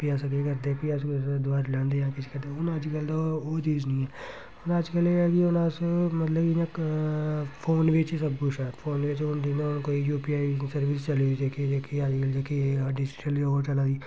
फ्ही असें केह् करदे कि अस कुसै कोल दुहारे लैंदे हे जां किश करदे हून अज्जकल ते ओह् चीज़ नी ऐ हून अज्जकल एह् ऐ कि हून अस मतलब कि इयां इक फोन बिच्च सब कुछ ऐ फोन बिच्च हून जियां कोई यू पी आई सर्विस चली दी जेह्की जेह्की अज्जकल जेह्की डिजीटल ओह् चला दी